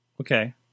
Okay